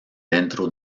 dentro